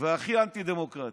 והכי אנטי-דמוקרטים.